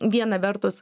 viena vertus